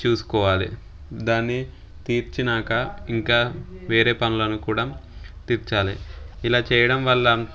చూసుకోవాలి దాన్ని తీర్చినాక ఇంకా వేరే పనులను కూడా తీర్చాలి ఇలా చేయడం వల్ల